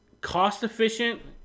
cost-efficient